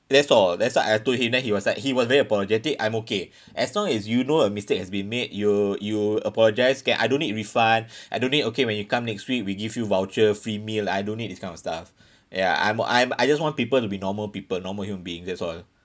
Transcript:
that's all that's why I told him then he was like he was very apologetic I'm okay as long as you know a mistake has been made you you apologise K I don't need refund I don't need okay when you come next week we give you voucher free meal I don't need this kind of stuff ya I'm I'm I just want people to be normal people normal human being that's all